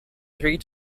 three